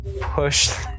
push